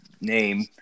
name